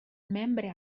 membre